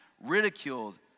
ridiculed